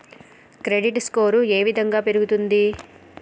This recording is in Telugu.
క్రెడిట్ స్కోర్ ఏ విధంగా పెరుగుతుంది?